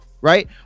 right